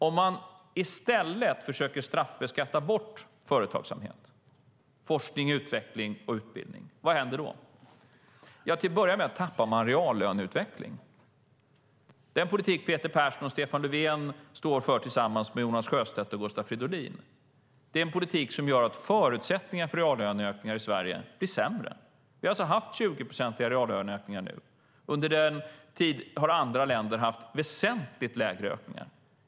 Om man i stället försöker straffbeskatta bort företagsamhet, forskning och utveckling och utbildning, vad händer då? Till att börja med förlorar man reallöneutveckling. Den politik som Peter Persson och Stefan Löfven står för tillsammans med Jonas Sjöstedt och Gustav Fridolin är en politik som gör att förutsättningarna för reallöneökningar i Sverige blir sämre. Vi har haft 20-procentiga reallöneökningar nu. Under denna tid har andra länder har haft väsentligt lägre ökningar.